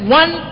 one